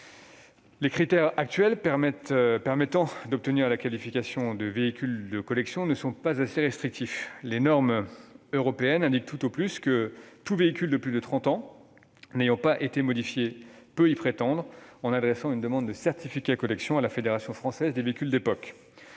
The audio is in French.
Les critères actuels permettant d'obtenir la qualification de « véhicule de collection » ne sont pas assez restrictifs. Les normes européennes indiquent que tout véhicule de plus de 30 ans n'ayant pas été modifié peut y prétendre, en adressant une demande de « certificat collection » à la Fédération française des véhicules d'époque.